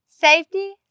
Safety